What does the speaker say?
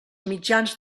mitjans